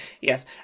yes